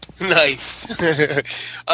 Nice